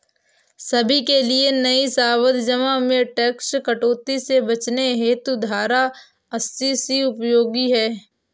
सभी के लिए नई सावधि जमा में टैक्स कटौती से बचने हेतु धारा अस्सी सी उपयोगी है